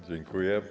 Dziękuję.